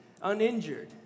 uninjured